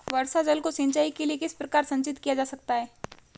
वर्षा जल को सिंचाई के लिए किस प्रकार संचित किया जा सकता है?